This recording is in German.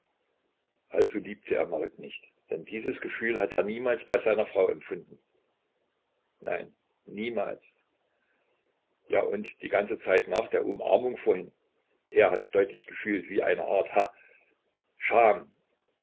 also liebte er marit nicht denn dieses gefühl hatte er niemals bei seiner frau empfunden nein niemals ja und die ganze zeit nach der umarmung vorhin er hatte deutlich gefühlt wie eine art ha scham